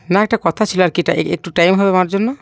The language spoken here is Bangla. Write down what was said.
না একটা কথা ছিল আর কি একটু টাইম হবে আমার জন্য